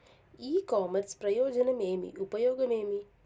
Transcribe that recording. ఇ commerce ప్రయోజనం ఏమి? ఉపయోగం ఏమి?